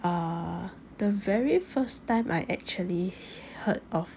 err the very first time I actually heard of